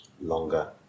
longer